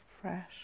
fresh